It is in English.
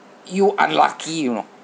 you unlucky you know